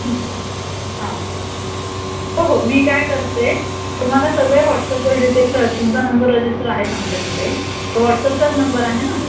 हं हां हो हो मी काय करते तुम्हाला सगळे व्हॉट्सअपवर डिटेल कर तुमचा नंबर रजिस्टर आहेच आमच्याकडे तो व्हॉट्सअपचाच नंबर आहे नं